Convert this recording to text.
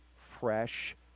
fresh